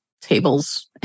tables